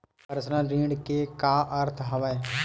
Personal ऋण के का अर्थ हवय?